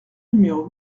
numéro